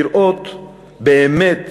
לראות באמת